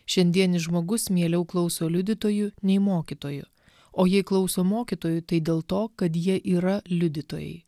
šiandienis žmogus mieliau klauso liudytojų nei mokytojų o jei klauso mokytojų tai dėl to kad jie yra liudytojai